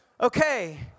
Okay